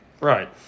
Right